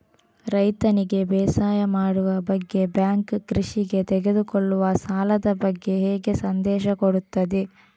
ರೈತನಿಗೆ ಬೇಸಾಯ ಮಾಡುವ ಬಗ್ಗೆ ಬ್ಯಾಂಕ್ ಕೃಷಿಗೆ ತೆಗೆದುಕೊಳ್ಳುವ ಸಾಲದ ಬಗ್ಗೆ ಹೇಗೆ ಸಂದೇಶ ಕೊಡುತ್ತದೆ?